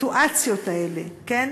בסיטואציות האלה, כן?